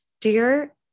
Dear